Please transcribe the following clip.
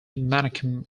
menachem